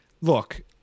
Look